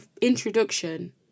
introduction